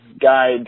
guide